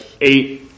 eight